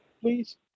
please